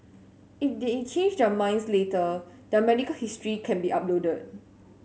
if they change their minds later their medical history can be uploaded